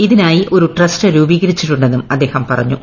ഇതിനായി ഒരു ട്രസ്റ്റ് രൂപീകരിച്ചിട്ടുണ്ടെന്നും അദ്ദേഹം പറഞ്ഞു